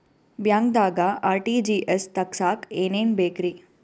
ಬ್ಯಾಂಕ್ದಾಗ ಆರ್.ಟಿ.ಜಿ.ಎಸ್ ತಗ್ಸಾಕ್ ಏನೇನ್ ಬೇಕ್ರಿ?